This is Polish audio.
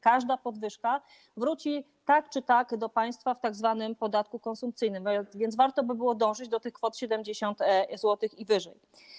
Każda podwyżka wróci tak czy tak do państwa w tzw. podatku konsumpcyjnym, więc warto by było dążyć do tej kwoty 70 zł lub wyższej.